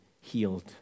healed